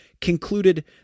concluded